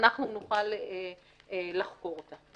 אנחנו נוכל לחקור אותה,